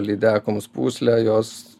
lydekoms pūslę jos